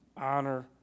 honor